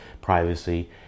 privacy